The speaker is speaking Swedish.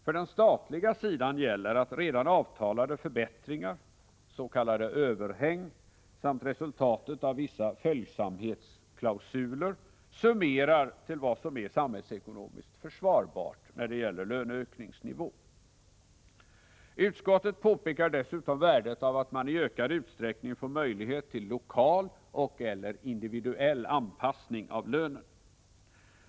För den statliga sidan gäller att redan avtalade förbättringar, s.k. överhäng samt resultatet av vissa följsamhetsklausuler summerar till vad som är samhällsekonomiskt försvar bart i löneökningsnivå. Utskottet pekar dessutom på värdet av att man i ökad utsträckning får möjlighet till lokal och/eller individuell anpassning av lönen.